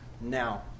now